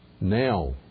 Now